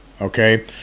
Okay